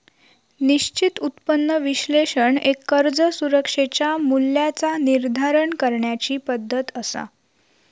निश्चित उत्पन्न विश्लेषण एक कर्ज सुरक्षेच्या मूल्याचा निर्धारण करण्याची पद्धती असा